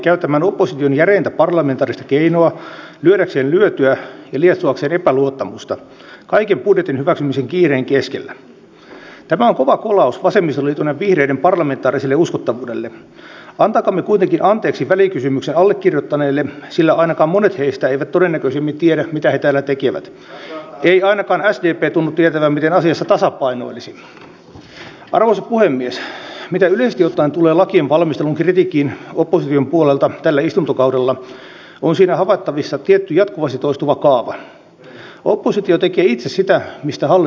kun olette taustaltanne tutkija ja itse olen kovasti pohtinut sitä mitä sota on ja kun ranska joutui terrorihyökkäyksen kohteeksi niin todettiin että maa on joutunut sotilaallisen hyökkäyksen kohteeksi ja siihen haetaan apua näitä kanavia pitkin ja kuitenkaan terrorismin tavoite usein ei ole maa alueiden valtaus eikä hallituksen vaihtaminen sinänsä vaan yleisen epäjärjestyksen aiheuttaminen ja kaaoksen luominen millä tavalla te erottelette tätä terrorismiin vastaamista ja sitten sotatoimia toisistaan ajattelussanne